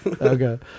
Okay